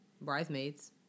Bridesmaids